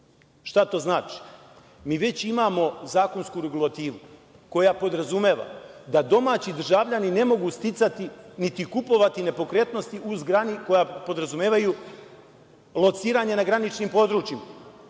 to znači? Mi već imamo zakonsku regulativu koja podrazumeva da domaći državljani ne mogu sticati niti kupovati nepokretnosti u izgradnji koja podrazumevaju lociranje na graničnim područjima,